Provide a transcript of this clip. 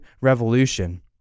revolution